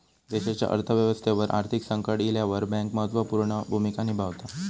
देशाच्या अर्थ व्यवस्थेवर आर्थिक संकट इल्यावर बँक महत्त्व पूर्ण भूमिका निभावता